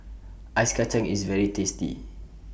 Ice Kachang IS very tasty